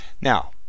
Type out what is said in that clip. now